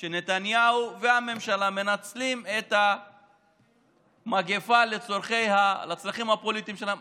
שנתניהו והממשלה מנצלים את המגפה לצרכים הפוליטיים שלהם,